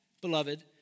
beloved